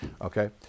Okay